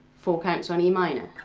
four counts on e minor,